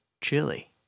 chili